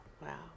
Wow